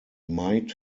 might